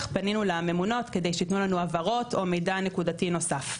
פנינו לממונות שייתנו לנו הבהרות או מידע נקודתי נוסף.